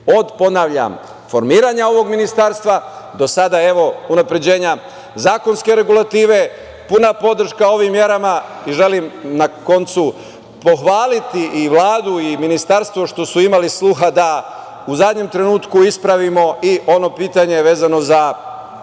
ponavljam, od formiranja ovog ministarstva do unapređenja zakonske regulative. Puna podrška ovim merama. Želim, na koncu, pohvaliti i Vladu i Ministarstvo što su imali sluha da u zadnjem trenutku ispravimo i ono pitanje vezano za